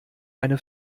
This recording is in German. eine